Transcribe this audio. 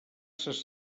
ses